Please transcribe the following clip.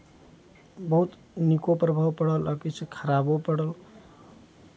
बहुत नीको प्रभाव पड़ल आ किछु खराबो पड़ल